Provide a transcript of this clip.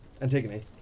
Antigone